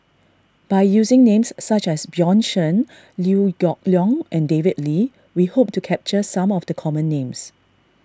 by using names such as Bjorn Shen Liew Geok Leong and David Lee we hope to capture some of the common names